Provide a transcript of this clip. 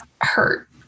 hurt